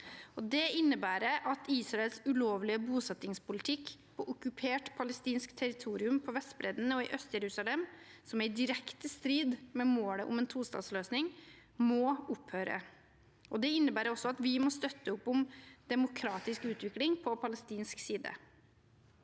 Det innebærer at Israels ulovlige bosettingspolitikk på okkupert palestinsk territorium på Vestbredden og i ØstJerusalem, som er i direkte strid med målet om en tostatsløsning, må opphøre. Det innebærer også at vi må støtte opp om demokratisk utvikling på palestinsk side.